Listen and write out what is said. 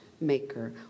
maker